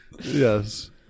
Yes